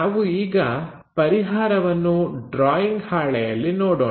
ನಾವು ಈಗ ಪರಿಹಾರವನ್ನು ಡ್ರಾಯಿಂಗ್ ಹಾಳೆಯಲ್ಲಿ ನೋಡೋಣ